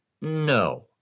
no